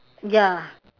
ya